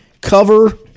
cover